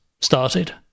started